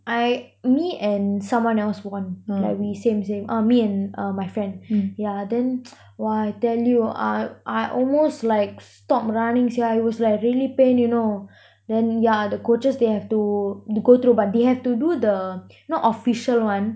I me and someone else won like we same same uh me and my friend yeah then !wah! I tell you I I almost like stop running sia it was like really pain you know then yeah the coaches they have to to go through but they have to do the not official one